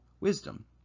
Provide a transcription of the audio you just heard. wisdom